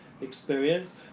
experience